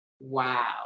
wow